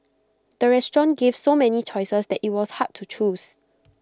the restaurant gave so many choices that IT was hard to choose